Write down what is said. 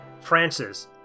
Francis